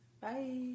Bye